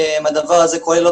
הדבר הזה כולל,